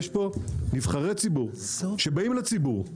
יש פה נבחרי ציבור שבאים לציבור,